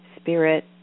Spirit